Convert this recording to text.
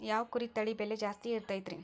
ಯಾವ ಕುರಿ ತಳಿ ಬೆಲೆ ಜಾಸ್ತಿ ಇರತೈತ್ರಿ?